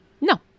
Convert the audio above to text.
No